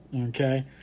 Okay